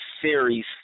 series